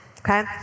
okay